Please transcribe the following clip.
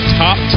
top